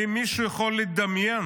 האם מישהו יכול לדמיין